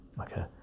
okay